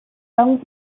song